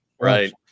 Right